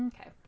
Okay